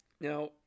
Now